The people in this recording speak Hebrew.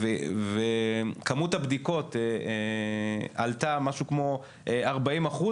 וכמות הבדיקות עלתה במשהו כמו 40 אחוז